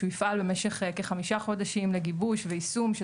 שהוא יפעל במשך כחמישה חודשים לגיבוש ויישום של